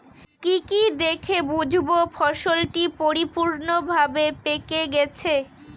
কি কি দেখে বুঝব ফসলটি পরিপূর্ণভাবে পেকে গেছে?